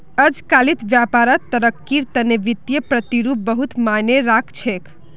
अजकालित व्यापारत तरक्कीर तने वित्तीय प्रतिरूप बहुत मायने राख छेक